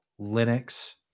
Linux